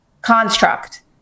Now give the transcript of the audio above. construct